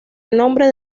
nombre